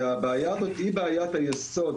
הבעיה הזאת, היא בעיית היסוד